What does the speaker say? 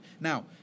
Now